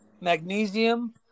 magnesium